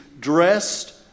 dressed